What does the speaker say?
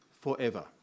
forever